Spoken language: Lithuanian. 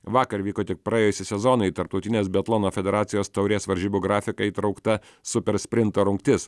vakar vyko tik praėjusį sezoną į tarptautinres biatlono federacijos taurės varžybų grafiką įtraukta super sprinto rungtis